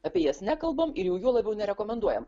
apie jas nekalbam ir jau juo labiau nerekomenduojam